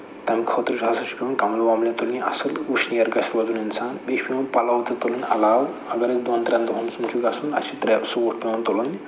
تَمہِ خٲطرٕ ہسا چھُ پٮ۪وان کَملہٕ وَملہٕ تُلنہِ اَصٕل وٕشنیر گژھِ روزُن اِنسان بیٚیہِ چھِ پٮ۪وان پَلو تہِ تُلٕنۍ علاوٕ اگر أسۍ دۄن ترٛٮ۪ن دۄہَن صُنٛمب چھُ گژھُن اَسہِ چھِ ترٛےٚ سوٗٹ پٮ۪وان تُلٕنۍ